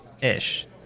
ish